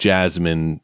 Jasmine